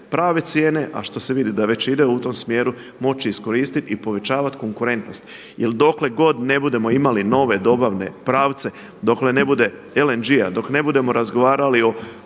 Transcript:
prave cijene a što se vidi da već ide u tom smjeru moći iskoristiti i povećavati konkurentnost. Jer dokle god ne budemo imali nove dobavne pravce, dokle ne bude LNG-a, dok ne budemo razgovarali o